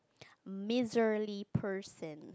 misery person